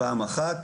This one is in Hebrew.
פעם אחת,